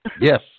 Yes